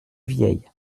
vieille